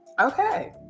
okay